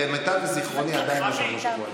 למיטב זיכרוני אני עדיין יושב-ראש הקואליציה.